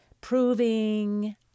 proving